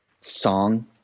song